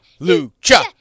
Lucha